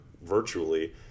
virtually